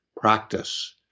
practice